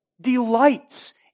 delights